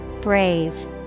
Brave